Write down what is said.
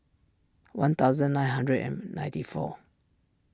one thousand nine hundred and ninety four